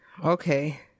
Okay